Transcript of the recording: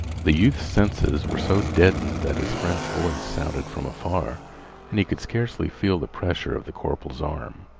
the youth's senses were so deadened that his friend's voice sounded from afar and he could scarcely feel the pressure of the corporal's arm.